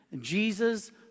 Jesus